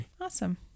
Awesome